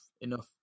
enough